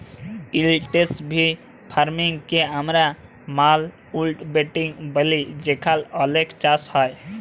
intensive farming কে আমরা মাউল্টব্যাটেল ব্যলি যেখালে অলেক চাষ হ্যয়